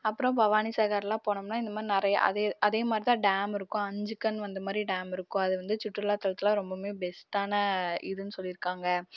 அப்புறம் பவானிசாகர்லாம் போனம்னால் இந்தமாதிரி நிறையா அதே அதேமாதிரி தான் டேம் இருக்கும் அஞ்சு கண் வந்தமாதிரி டேம் இருக்கும் அது வந்து சுற்றுலாதலத்தில் ரொம்பவுமே பெஸ்ட்டான இதுன்னு சொல்லிருக்காங்கள்